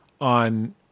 on